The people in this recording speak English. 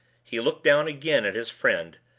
he looked down again at his friend,